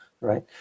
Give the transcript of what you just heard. right